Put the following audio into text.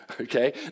okay